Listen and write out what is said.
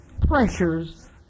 pressures